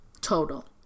Total